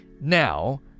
Now